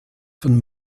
von